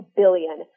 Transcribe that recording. billion